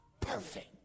Perfect